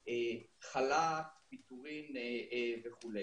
חל"ת, פיטורים וכו'.